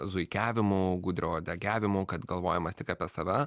zuikiavimu gudrauodegiavimu kad galvojimas tik apie save